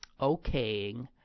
okaying